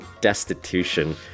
destitution